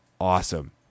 awesome